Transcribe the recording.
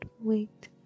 Wait